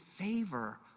favor